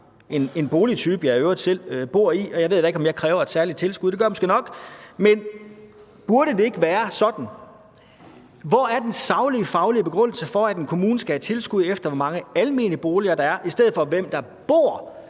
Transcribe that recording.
en boligtype, jeg i øvrigt selv bor i, og jeg ved da ikke, om jeg kræver et særligt tilskud, det gør jeg måske nok. Men hvor er den faglige, saglige begrundelse for, at en kommune skal have tilskud efter, hvor mange almene boliger der er, i stedet for efter, hvem der bor